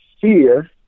fear